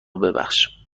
ببخش